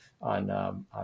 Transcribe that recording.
on